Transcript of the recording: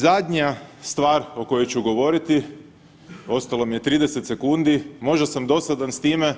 Zadnja stvar o kojoj ću govoriti, ostalo mi je 30 sekundi, možda sam dosadan s time,